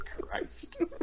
Christ